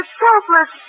selfless